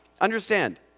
Understand